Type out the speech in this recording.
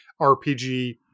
RPG